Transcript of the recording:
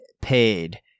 paid